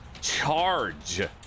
charge